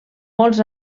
molts